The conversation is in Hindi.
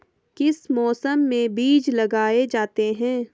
किस मौसम में बीज लगाए जाते हैं?